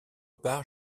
part